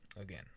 again